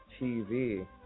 tv